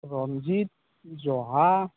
ৰঞ্জিত জহা